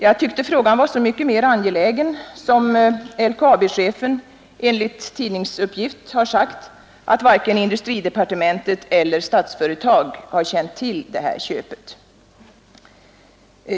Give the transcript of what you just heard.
Jag tyckte frågan var så mycket mer angelägen som LKAB-chefen enligt tidningsuppgift sagt att varken industridepartementet eller Statsföretag AB känt till det här köpet.